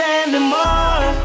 anymore